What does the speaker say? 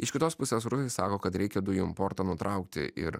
iš kitos pusės rusai sako kad reikia dujų importą nutraukti ir